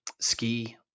ski